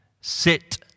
Sit